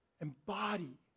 embody